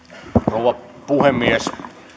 rouva puhemies